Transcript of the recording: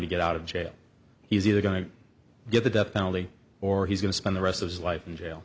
to get out of jail he's either going to get the death penalty or he's going to spend the rest of his life in jail